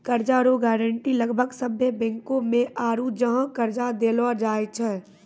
कर्जा रो गारंटी लगभग सभ्भे बैंको मे आरू जहाँ कर्जा देलो जाय छै